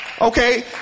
Okay